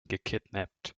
gekidnappt